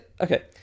okay